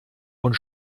und